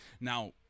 Now